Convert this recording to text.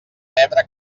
pebre